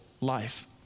life